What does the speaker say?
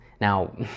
Now